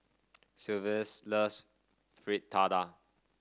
Silvester loves Fritada